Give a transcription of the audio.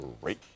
Great